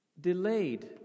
delayed